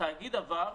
התאגיד עבר,